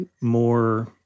more